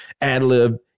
ad-lib